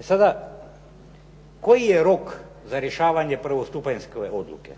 E sada, koji je rok za rješavanje prvostupanjske odluke?